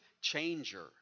changer